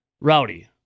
Rowdy